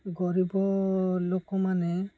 ଗରିବ ଲୋକମାନେ